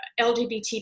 lgbt